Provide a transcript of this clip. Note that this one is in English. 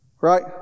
Right